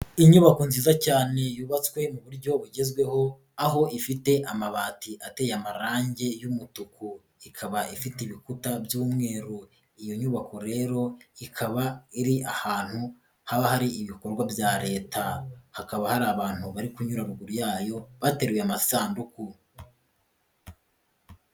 Inyubako nziza cyane yubatswe mu buryo bugezweho aho ifite amabati ateye amarangi y'umutuku ikaba ifite ibikuta by'umweru, iyo nyubako rero ikaba iri ahantu haba hari ibikorwa bya Leta, hakaba hari abantu bari kunyura ruguru yayo bateruye amasanduku.